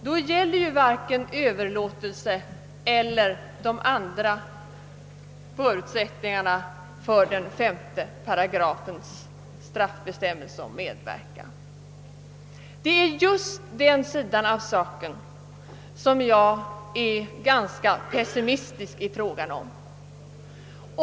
Då gäller ju varken överlåtelse eller de andra förutsättningarna för den femte para Det är just i fråga om den sidan av saken som jag är ganska pessimistisk.